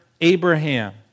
Abraham